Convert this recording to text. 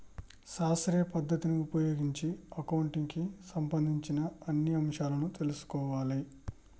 శాస్త్రీయ పద్ధతిని ఉపయోగించి అకౌంటింగ్ కి సంబంధించిన అన్ని అంశాలను తెల్సుకోవాలే